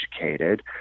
educated